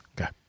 Okay